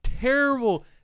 terrible